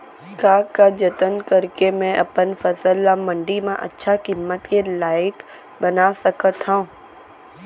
का का जतन करके मैं अपन फसल ला मण्डी मा अच्छा किम्मत के लाइक बना सकत हव?